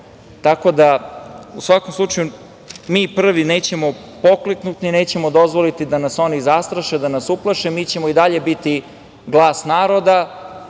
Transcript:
da, u svakom slučaju mi prvi nećemo pokleknuti, nećemo dozvoliti da nas oni zastraše, da nas uplaše, mi ćemo i dalje biti glas naroda.